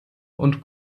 und